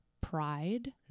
Pride